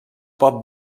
pot